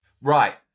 Right